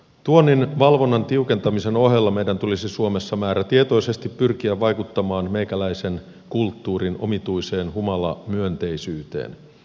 tuonnin valvonnan tiukentamisen ohella meidän tulisi suomessa määrätietoisesti pyrkiä vaikuttamaan meikäläisen kulttuurin omituiseen humalamyönteisyyteen